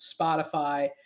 Spotify